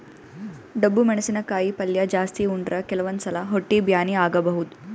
ಡಬ್ಬು ಮೆಣಸಿನಕಾಯಿ ಪಲ್ಯ ಜಾಸ್ತಿ ಉಂಡ್ರ ಕೆಲವಂದ್ ಸಲಾ ಹೊಟ್ಟಿ ಬ್ಯಾನಿ ಆಗಬಹುದ್